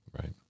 Right